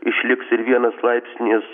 išliks ir vienas laipsnis